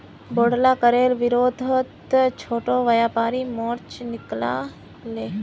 बोढ़ला करेर विरोधत छोटो व्यापारी मोर्चा निकला ले